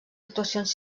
actuacions